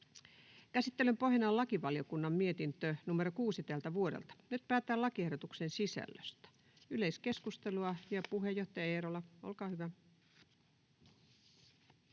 Käsittelyn pohjana on lakivaliokunnan mietintö LaVM 6/2024 vp. Nyt päätetään lakiehdotuksen sisällöstä. — Yleiskeskustelua, puheenjohtaja Eerola, olkaa hyvä.